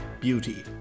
beauty